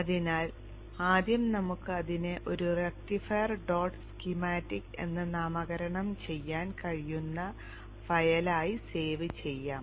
അതിനാൽ ആദ്യം നമുക്ക് അതിനെ ഒരു റക്റ്റിഫയർ ഡോട്ട് സ്കീമാറ്റിക് എന്ന് നാമകരണം ചെയ്യാൻ കഴിയുന്ന ഫയലായി സേവ് ചെയ്യാം